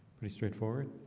pretty straightforward,